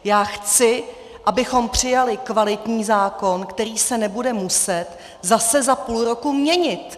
Já chci, abychom přijali kvalitní zákon, který se nebude muset zase za půl roku měnit!